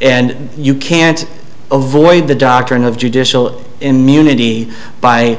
and you can't over the doctrine of judicial immunity by